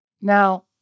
Now